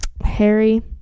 Harry